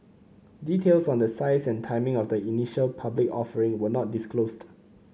details on the size and timing of the initial public offering were not disclosed